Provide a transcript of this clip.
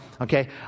Okay